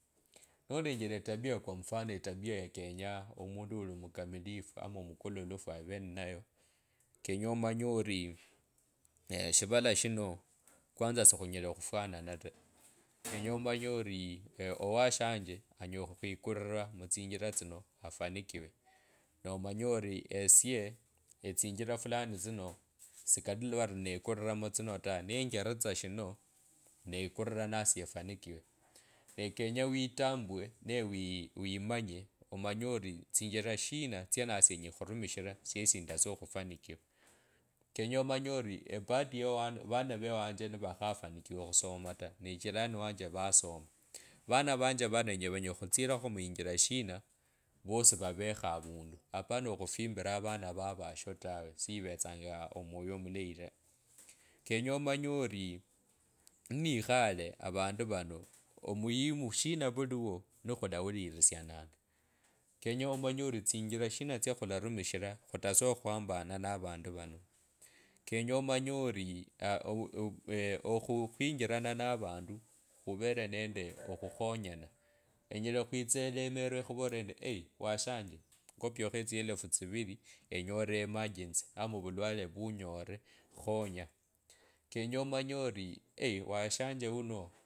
Nolengele etabiya kwa mfano etabiya ya kenya omundu uli omukamilifu ama omukololofu aveeninayo kenye omanye ori shivala shino kwanza shikhunyela khufwanana ta kenya omanye owe shanje onyela khwikurira mutsinjira tsino afanikiwe no omanye ori esie etsinjila fulani tsino sikali vare nekururwa mutsino ta netseritsa shino kekurira nasie efanikiwe ne kenye witamue ne wee wemanye omanye ori tsinjira shina tsye nasie enyala khurumishira siesi endese okhufanikiwa kenye amonye ori ebahati ye wa avana vewanja novakhafanikiwa khusoma ta jirani wanje vasoma vana vanje vano kenye wanyela khutsilakho muinjira shina vosi vavekho avundu apana okhufimbili avana va vasho tawe siivetsanga omwoyo omulayi ta kenye omanye ori nnikhale avandu vano umuhimu shina vukiwo niwalaulilisiananga kenye omanye ori tsinjira shina tsikhularumishira khutase okhwambane na vandu vano kenye omanye ori aa avu uuueee khunjilana na vandu khuvele nende okhukhonyana enyela khwitsa elemewe ekhovorire tsivili enyore emergency ama ovuleale vunykrire khonya kenye amonye ori washange uno.